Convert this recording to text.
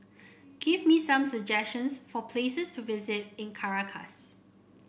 give me some suggestions for places to visit in Caracas